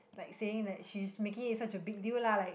like saying that she's making it such a big deal lah like